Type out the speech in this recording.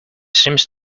seems